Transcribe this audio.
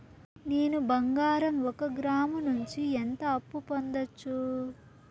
నేను బంగారం ఒక గ్రాము నుంచి ఎంత అప్పు పొందొచ్చు